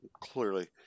Clearly